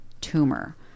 tumor